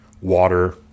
water